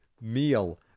meal